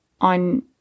on